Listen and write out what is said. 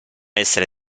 essere